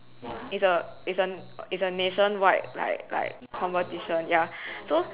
is a is a nation wide like like competition ya so